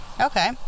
okay